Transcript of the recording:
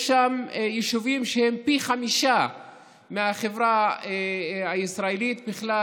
יש שם יישובים שבהם פי חמישה מהחברה הישראלית בכלל,